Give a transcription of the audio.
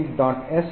so